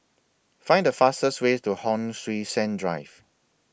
Find The fastest Way to Hon Sui Sen Drive